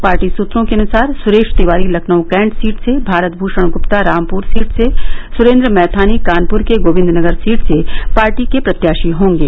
party सत्रों के अनुसार सुरेश तिवारी लखनऊ कैण्ट सीट से भारत भू ाण गुप्ता रामपुर सीट से सुरेन्द्र मैथानी कानपुर के गोविन्दनगर सीट से पार्टी के प्रत्याशी होंगे